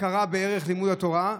הכרה בערך לימוד התורה,